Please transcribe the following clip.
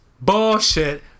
bullshit